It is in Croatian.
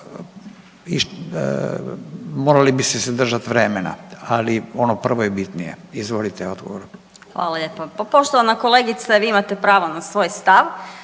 morali biste se držati vremena, ali ono prvo je bitnije. Izvolite odgovor. **Jelkovac, Marija (HDZ)** Hvala lijepa. Pa poštovana kolegice vi imate pravo na svoj stav,